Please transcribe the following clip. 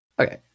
Okay